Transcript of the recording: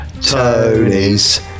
Tony's